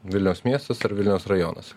vilniaus miestas ar vilniaus rajonas